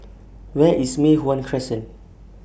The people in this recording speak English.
Where IS Mei Hwan Crescent